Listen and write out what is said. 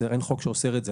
אין חוק שאוסר את זה.